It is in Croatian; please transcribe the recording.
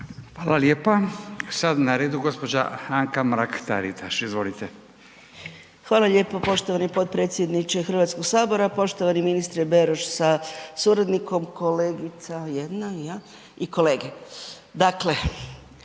Hvala lijepa. Sada je na redu gospođa Anka Mrak Taritaš. Izvolite. **Mrak-Taritaš, Anka (GLAS)** Hvala lijepo, Poštovani potpredsjedniče Hrvatskog sabora, poštovani ministre Beroš sa suradnikom kolegica jedna i kolege.